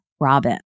Robin